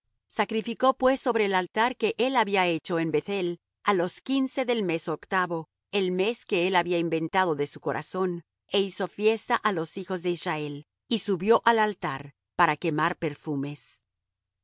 sacrificó pues sobre el altar que él había hecho en beth-el á los quince del mes octavo el mes que él había inventado de su corazón é hizo fiesta á los hijos de israel y subió al altar para quemar perfumes